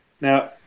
Now